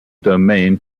domain